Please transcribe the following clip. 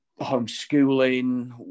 homeschooling